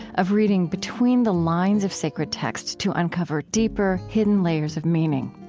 of reading between the lines of sacred text to uncover deeper, hidden layers of meaning.